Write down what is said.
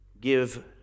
give